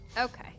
Okay